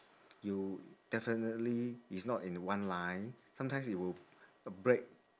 you definitely is not in one line sometimes it would break